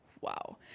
Wow